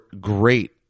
great